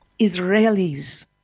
Israelis